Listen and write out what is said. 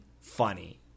funny